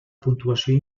puntuació